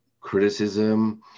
criticism